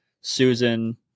Susan